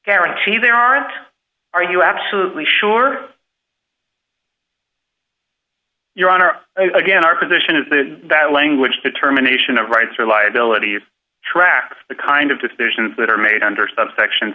guarantee there aren't are you absolutely sure your honor again our position is that language determination of rights or liabilities tracks the kind of decisions that are made under subsection